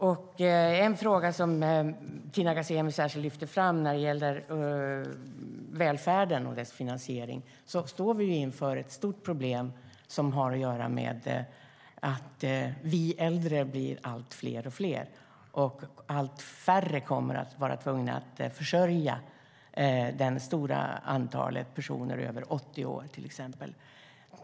När det gäller den fråga som Tina Ghasemi särskilt lyfte fram om välfärden och dess finansiering står vi inför ett stort problem som har att göra med att vi äldre blir allt fler och att allt färre kommer att vara tvungna att försörja till exempel det stora antalet personer över 80 år.